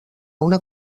una